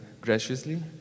graciously